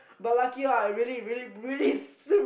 but lucky lah I really really swim